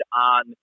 on